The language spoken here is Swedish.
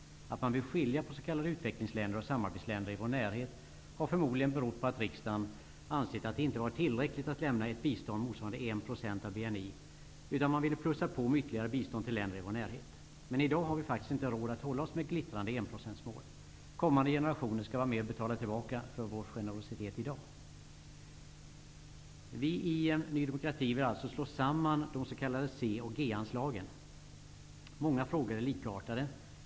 Att man vill skilja på s.k. utvecklingsländer och samarbetsländer i vår närhet har förmodligen berott på att riksdagen har ansett att det inte har varit tillräckligt att lämna ett bistånd motsvarande 1 % av BNI utan att man ville plussa på med ytterligare bistånd till länder i vår närhet. Men i dag har vi faktiskt inte råd att hålla oss med ett glittrande enprocentsmål. Kommande generationer skall vara med och betala tillbaka för vår generositet i dag. Vi i Ny demokrati vill alltså slå samman de s.k. C och G-anslagen. Många frågor är likartade.